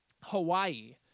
Hawaii